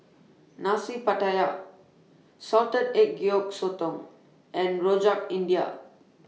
Nasi Pattaya Salted Egg Yolk Sotong and Rojak India